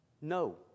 No